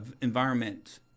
environment